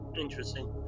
Interesting